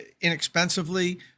inexpensively